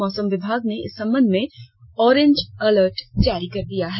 मौसम विभाग ने इस संबंध में ऑरेंज अलर्ट जारी कर दिया है